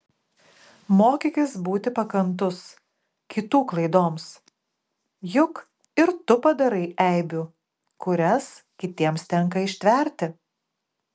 mokykis būti pakantus kitų klaidoms juk ir tu padarai eibių kurias kitiems tenka ištverti